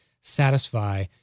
satisfy